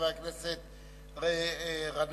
חבר הכנסת גנאים,